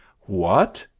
what!